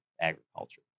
agriculture